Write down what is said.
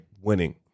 winning